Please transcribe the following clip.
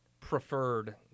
preferred